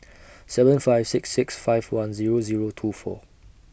seven five six six five one Zero Zero two four